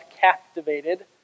captivated